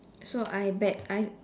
so I bet I